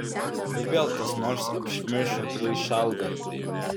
ir vėl kas nors apšmeiš vaišelgą